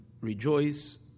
rejoice